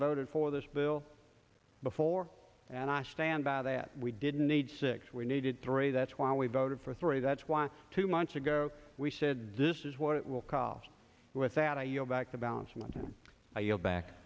voted for this bill before and i stand by that we didn't need six we needed three that's why we voted for three that's why two months ago we said this is what will call with out a you're back to balance